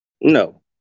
No